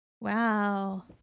Wow